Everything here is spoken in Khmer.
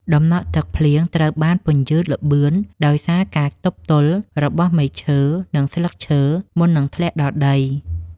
ដំណក់ទឹកភ្លៀងត្រូវបានពន្យឺតល្បឿនដោយសារការទប់ទល់របស់មែកឈើ និងស្លឹកឈើមុននឹងធ្លាក់ដល់ដី។